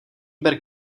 ber